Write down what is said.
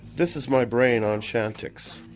this is my brain on chantix,